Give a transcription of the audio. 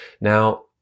Now